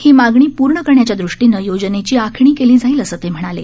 ही मागणी पूर्ण करण्याच्या दृष्टीनं योजनेची आखणी केली जाईल असं ते म्हणाले